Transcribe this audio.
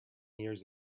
years